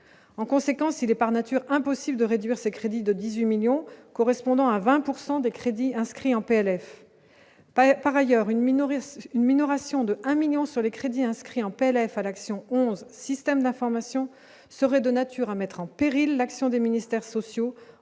en conséquence, il est par nature impossible de réduire ses crédits de 18 millions correspondant à 20 pourcent des crédits inscrits en PLF pas par ailleurs une minorité une minoration de un 1000000 sur les crédits inscrits en paix la FA l'action 11 systèmes d'information serait de nature à mettre en péril l'action des ministères sociaux